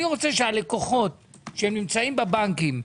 אי רוצה שהלקוחות שנמצאים בבנקים,